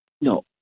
No